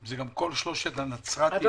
זה גם כל שלושת בתי החולים בנצרת.